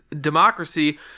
democracy